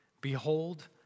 behold